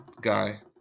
guy